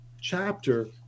chapter